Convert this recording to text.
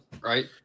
right